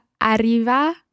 arriva